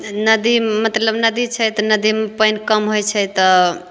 नदी मतलब नदी छै तऽ नदीमे पानि कम होइ छै तऽ